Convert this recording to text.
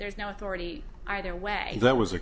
there's no authority either way that was a